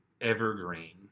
evergreen